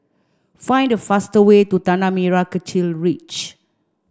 find the fastest way to Tanah Merah Kechil Ridge